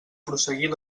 prosseguir